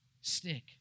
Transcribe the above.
stick